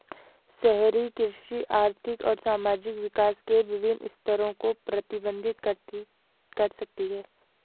शहरी कृषि आर्थिक और सामाजिक विकास के विभिन्न स्तरों को प्रतिबिंबित कर सकती है